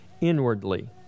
inwardly